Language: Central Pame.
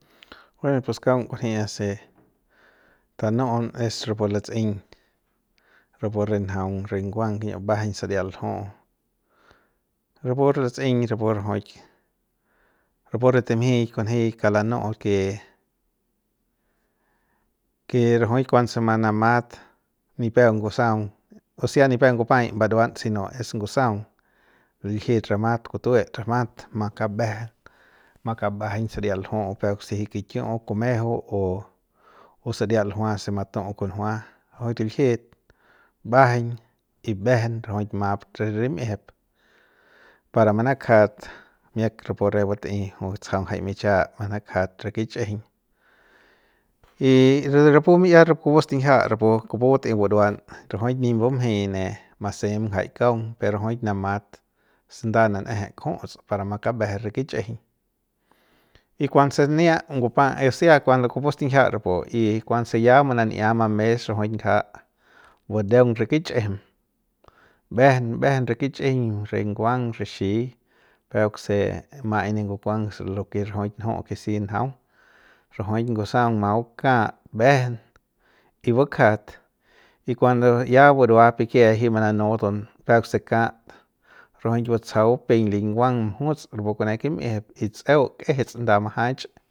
Buen pues kaung kunjia se tanuꞌun es rapu latsꞌeiñ rapu re njaung re nguang kiñiuꞌu mbajaiñ saria ljuꞌu rapu latsꞌeiñ rapu rajuik rapu re timjik kunji kauk lanuꞌu porke ke rajuik kuanse manamat nipep ngusaung o sea nipep ngupaꞌai mbaruan si no es ngusaung liljit ramat kutuet ramat ma kabeje ma kabajaiñ saria ljuꞌu peuk se jiuk kikiuꞌu kumejeu o o saria ljua se matuꞌu kunjua rajuik liljit mbajaiñ y vejen rajuik mat re rimꞌiejep para manakjat miak rapu re batꞌei batsajau jai michia manakjat re kichꞌijiñ y re rapu miꞌia rapu kupu stinjia rapu kupu batei buruan rajuik nip mbumjei ne masem jai kaung pe rajuik namat snda naneje kjuts para makabeje re kichꞌijiñ y kuanse sania ngupa o sea kuanse kupu stinjia rapu y kuanse ya manania ma mes rajuik ngaja budeung re kichijim mbejen mbejen re kichꞌijim re nguang rixi peuk se maꞌai ne ngukuang lo ke rajuk njuꞌu ke si njaung rajuik ngusaung mat bakat mbejen bukjat y kuando ya burua pikie ji mananu do peuk se kat rajuk batsajau bupeiñ li nguang mjuts kipu kune kimꞌijip y tsꞌeu kejets nda majach.